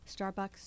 Starbucks